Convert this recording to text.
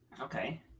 Okay